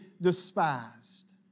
despised